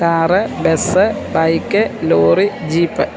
car bus bike lorry jeep